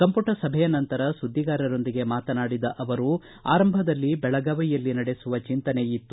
ಸಂಪುಟ ಸಭೆಯ ನಂತರ ಸುದ್ದಿಗಾರರೊಂದಿಗೆ ಮಾತನಾಡಿದ ಅವರು ಆರಂಭದಲ್ಲಿ ಬೆಳಗಾವಿಯಲ್ಲಿ ನಡೆಸುವ ಚಿಂತನೆಯಿತ್ತು